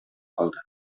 калды